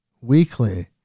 weekly